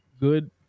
good